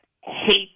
hate